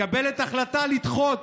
מקבלת החלטה לדחות